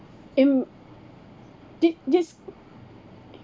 im~ thi~ this